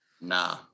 Nah